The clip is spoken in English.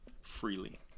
freely